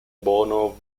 bono